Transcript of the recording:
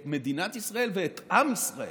את מדינת ישראל ואת עם ישראל.